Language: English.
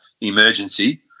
emergency